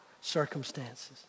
circumstances